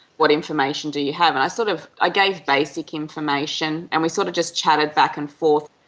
what information do you have? and i sort of ah gave basic information and we sort of just chatted back and forth.